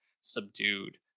subdued